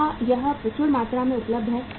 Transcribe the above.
क्या यह प्रचुर मात्रा में उपलब्ध है